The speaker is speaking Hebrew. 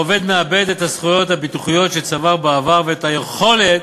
העובד מאבד את הזכויות הביטוחיות שצבר בעבר ואת היכולת